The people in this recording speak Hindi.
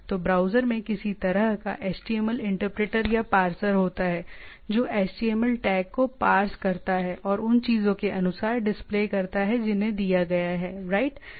तो ब्राउज़र में किसी तरह का HTML इंटरप्रेटर या पार्सर होता है जो HTML टैग को पार्स करता है और उन चीजों के अनुसार डिस्प्ले करता है जिन्हें दिया गया है राइट